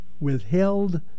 withheld